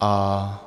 A